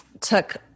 took